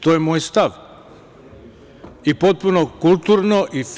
To je moj stav, potpuno kulturno i fino.